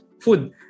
food